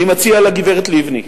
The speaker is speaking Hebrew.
אני מציע לגברת לבני,